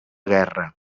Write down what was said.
guerra